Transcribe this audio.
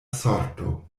sorto